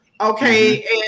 Okay